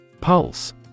Pulse